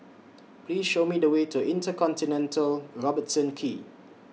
Please Show Me The Way to InterContinental Robertson Quay